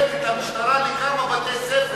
אני הבאתי את המשטרה לכמה בתי-ספר